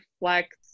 reflects